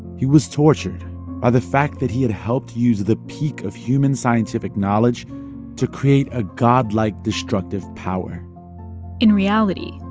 he was tortured by ah the fact that he had helped use the peak of human scientific knowledge to create a godlike destructive power in reality,